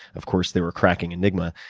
of course, they were cracking enigma.